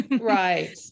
right